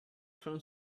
from